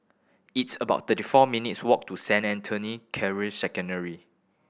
it's about thirty four minutes' walk to Saint Anthony Secondary